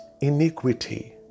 iniquity